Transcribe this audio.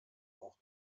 auch